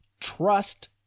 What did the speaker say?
trust